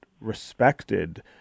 respected